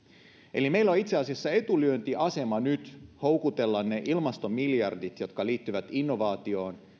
eli meillä on itse asiassa etulyöntiasema nyt houkutella ne ilmastomiljardit jotka liittyvät innovaatioon